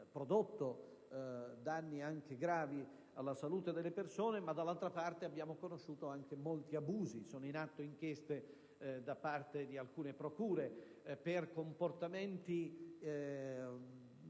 prodotto danni anche gravi alla salute, ma dall'altra parte abbiamo conosciuto anche molti abusi. Sono infatti in atto inchieste da parte di alcune procure per comportamenti